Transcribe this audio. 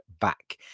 back